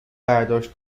برداشت